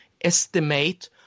estimate